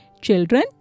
Children